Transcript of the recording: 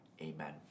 Amen